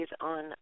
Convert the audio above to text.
on